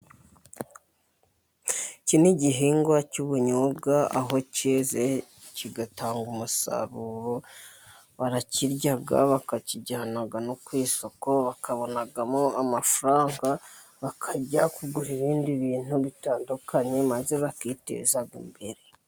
Iki n'igihingwa cy'ubunyobwa aho cyeze kigatanga umusaruro, barakirya bakakijyana no ku isoko, bakabonamo amafaranga bakajya kugura ibindi bintu bitandukanye, maze bakiteza imbere.